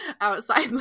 outside